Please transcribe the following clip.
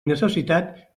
necessitat